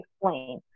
explain